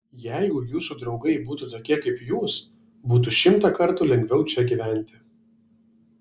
jeigu jūsų draugai būtų tokie kaip jūs būtų šimtą kartų lengviau čia gyventi